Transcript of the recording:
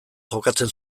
jokatzen